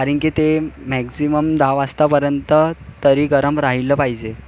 कारण की ते मॅग्झिमम दहा वाजतापर्यंत तरी गरम राहिलं पाहिजे